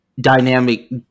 dynamic